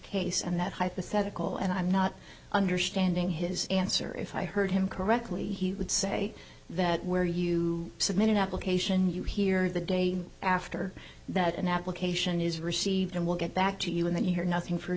case and that hypothetical and i'm not understanding his answer if i heard him correctly he would say that where you submit an application you hear the day after that an application is received and will get back to you and then you hear nothing for a